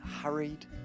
hurried